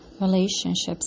relationships